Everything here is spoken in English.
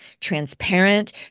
transparent